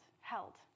held